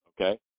okay